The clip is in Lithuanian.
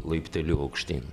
laipteliu aukštyn